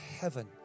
heaven